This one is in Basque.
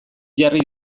jarri